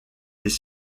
des